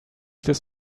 this